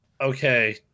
Okay